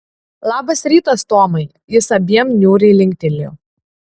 labas rytas tomai jis abiem niūriai linktelėjo